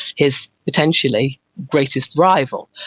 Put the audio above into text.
his potentially greatest rival.